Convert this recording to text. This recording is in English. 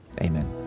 Amen